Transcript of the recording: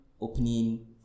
opening